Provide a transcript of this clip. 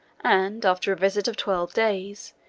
and, after a visit of twelve days,